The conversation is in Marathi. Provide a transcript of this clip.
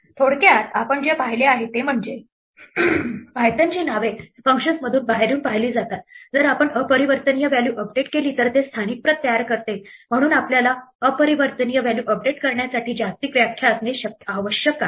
थोडक्यात आपण जे पाहिले आहे ते म्हणजे पायथनची नावे फंक्शन्समधून बाहेरून पाहिली जातात जर आपण अपरिवर्तनीय व्हॅल्यू अपडेट केली तर ते स्थानिक प्रत तयार करते म्हणून आपल्याला अपरिवर्तनीय व्हॅल्यू अपडेट करण्यासाठी जागतिक व्याख्या असणे आवश्यक आहे